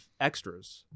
extras